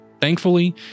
Thankfully